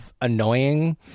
annoying